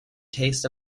taste